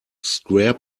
square